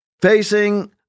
facing